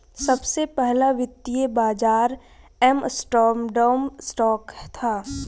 सबसे पहला वित्तीय बाज़ार एम्स्टर्डम स्टॉक था